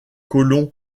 colons